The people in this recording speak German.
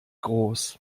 groß